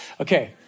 Okay